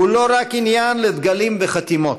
הוא לא רק עניין לדגלים וחתימות.